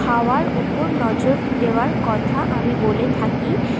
খাওয়ার ওপর নজর দেওয়ার কথা আমি বলে থাকি